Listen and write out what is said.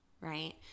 right